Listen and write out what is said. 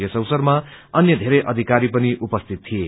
यस अवसरमा अन्या धेरै अधिकारी पनि उपस्थित थिए